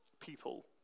people